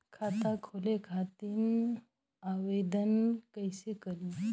खाता खोले खातिर आवेदन कइसे करी?